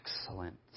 excellent